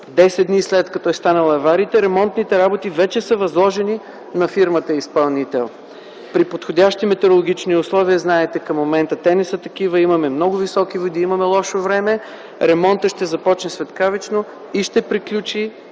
дни след аварията – ремонтните работи вече са възложени на фирмата изпълнител. При подходящи метеорологични условия, знаете, в момента те не са такива – има много високи води, лошо време – ремонтът ще започне светкавично и ще приключи